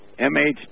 MHD